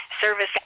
service